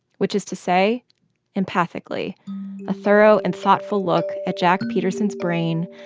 which is to say empathically a thorough and thoughtful look at jack peterson's brain,